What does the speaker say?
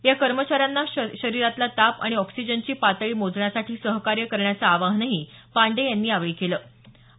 या कर्मचाऱ्यांना शरीरातला ताप आणि ऑक्सिजनची पातळी मोजण्यासाठी सहकार्य करण्याचं आवाहनही त्यांनी केलं आहे